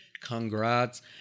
congrats